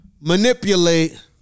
manipulate